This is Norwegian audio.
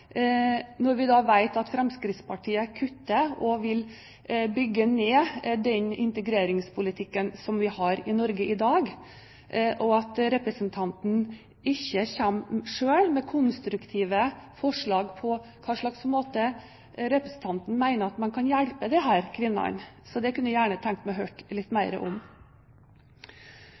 når vi nå vet at Fremskrittspartiet kutter og vil bygge ned integreringspolitikken vi har i Norge i dag. Representanten kommer ikke selv med konstruktive forslag om hva slags måte hun mener man kan hjelpe disse kvinnene på. Det kunne jeg gjerne tenkt meg å høre mer om.